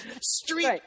Street